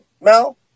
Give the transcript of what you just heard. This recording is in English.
Mel